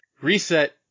Reset